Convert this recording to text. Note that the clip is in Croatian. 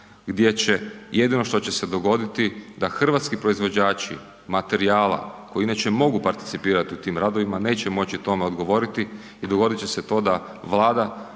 gdje će jedino što će se dogoditi da hrvatski proizvođači materijala koji inače mogu participirat u tim radovima, neće moći tome odgovoriti i dogodit će se to da Vlada